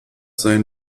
sein